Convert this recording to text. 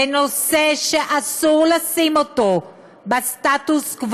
זה נושא שאסור לשים אותו בסטטוס-קוו,